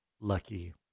lucky